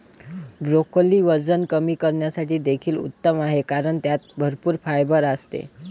broccoli वजन कमी करण्यासाठी देखील उत्तम आहे कारण त्यात भरपूर फायबर असते